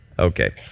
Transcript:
Okay